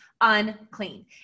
unclean